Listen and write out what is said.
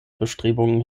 bestrebungen